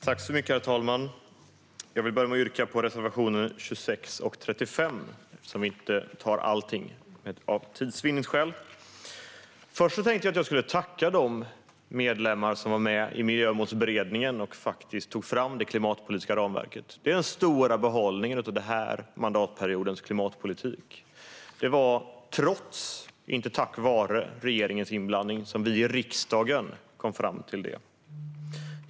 Herr talman! Jag vill börja med att yrka bifall till reservationerna 26 och 35. Av tidsskäl tar jag inte alla. Först och främst vill jag tacka de medlemmar som var med i Miljömålsberedningen och faktiskt tog fram det klimatpolitiska ramverket. Det är den stora behållningen av mandatperiodens klimatpolitik. Trots - inte tack vare - regeringens inblandning kunde vi i riksdagen komma fram till det.